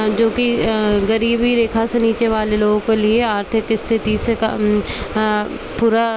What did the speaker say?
जो कि गरीबी रेखा से नीचे वाले लोगों के लिए आर्थिक स्थिति से पूरा